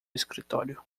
escritório